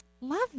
Love